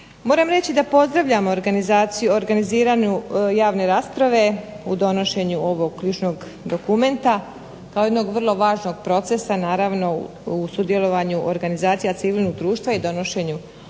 Moram reći da pozdravljam organiziranje javne rasprave u donošenju ovog ključnog dokumenta kao jednog vrlo važnog procesa u sudjelovanju organizacija civilnog društva i donošenju odluka